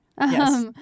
Yes